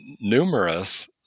numerous